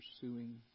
pursuing